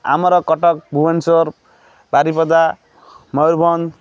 ଆମର କଟକ ଭୁବନେଶ୍ୱର ବାରିପଦା ମୟୂରଭଞ୍ଜ